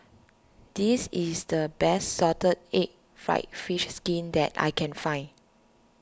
this is the best Salted Egg Fried Fish Skin that I can find